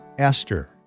Esther